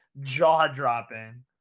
jaw-dropping